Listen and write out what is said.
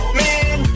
man